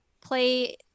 play